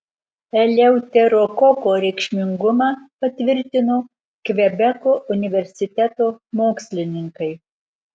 eleuterokoko reikšmingumą patvirtino kvebeko universiteto mokslininkai